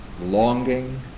longing